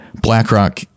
BlackRock